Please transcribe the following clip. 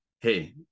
hey